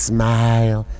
Smile